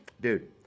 dude